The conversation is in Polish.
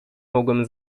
mogłem